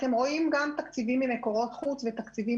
אתם רואים תקציבים ממקורות חוץ ותקציבים